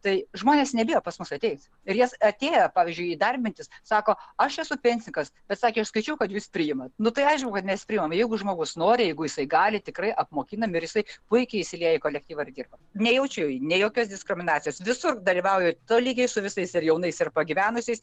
tai žmonės nebijo pas mus ateit ir jis atėjo pavyzdžiui darbintis sako aš esu pensininkas pasakė aš skaičiau kad jūs priimat nu tai aišku kad mes priimam jeigu žmogus nori jeigu jisai gali tikrai apmokinam ir jisai puikiai įsilieja į kolektyvą ir dirba nejaučiu nė jokios diskriminacijos visur dalyvauju tolygiai su visais jaunais ir pagyvenusiais